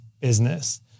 business